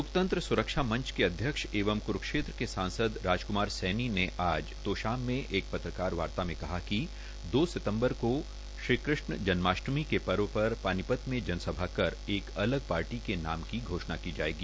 लोकतंत्र सुरक्षा मंच के अध्यक्ष एवं क्रूक्षेत्र के सांसद राज क्रमार सैनी ने तोशाम मे एक पत्रकारवार्ता में कहा कि दो सितम्बर को श्री कृष्ण जन्माष्टमी के पर्व पर पानीपत में जनसभा कर एक अलग पार्टी का नाम घोषणा की जायेगी